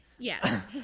yes